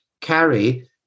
carry